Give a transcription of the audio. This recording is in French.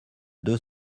deux